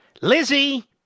Lizzie